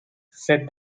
said